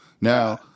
Now